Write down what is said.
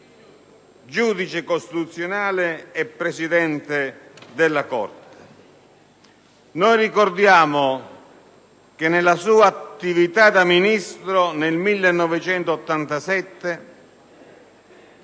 giudice costituzionale e Presidente della Corte. Ricordiamo che nella sua attività da Ministro, nel 1987,